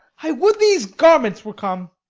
i would these garments were come.